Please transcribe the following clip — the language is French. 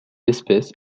espèce